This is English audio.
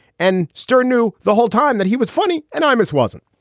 and stern knew the whole time that he was funny and amos wasn't.